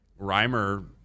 Reimer